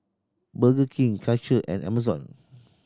Burger King Karcher and Amazon